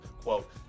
quote